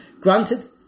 Granted